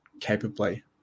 capably